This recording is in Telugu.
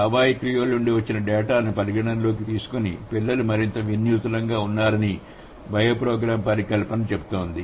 హవాయి క్రియోల్ నుండి వచ్చిన డేటాను పరిగణనలోకి తీసుకుని పిల్లలు మరింత వినూత్నంగా ఉన్నారని బయో ప్రోగ్రామ్ పరికల్పన చెబుతోంది